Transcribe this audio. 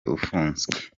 ufunze